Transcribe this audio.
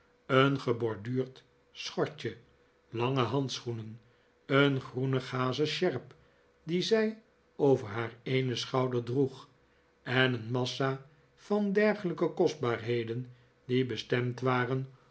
een geborduurd schortje lange handschoenen een groene gazen sjerp die zij over haar eenen schouder droeg en een massa van dergelrjke kostbaarheden die bestemd waren